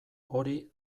hori